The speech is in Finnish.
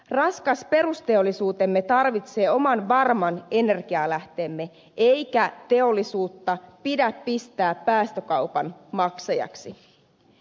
raskas perusteollisuutemme tarvitsee oman varman energialähteemme eikä teollisuutta pidä pistää päästökaupan maksajaksi